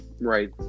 right